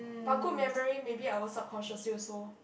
but good memory maybe I'll subconsciously also